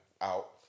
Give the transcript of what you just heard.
out